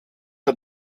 der